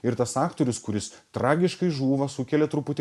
ir tas aktorius kuris tragiškai žūva sukelia truputį